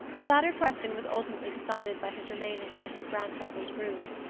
the latter question was ultimately decided by his remaining under his grandfather's roof.